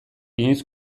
inoiz